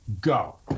go